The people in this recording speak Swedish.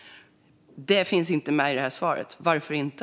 Detta finns inte med i svaret. Varför inte?